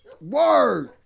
Word